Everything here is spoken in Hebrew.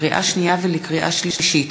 לקריאה שנייה ולקריאה שלישית: